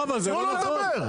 תנו לו לדבר.